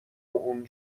اون